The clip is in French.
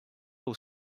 aux